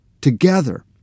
together